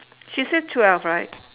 she said twelve right